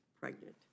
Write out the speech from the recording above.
pregnant